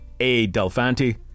Adelfanti